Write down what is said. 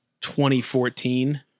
2014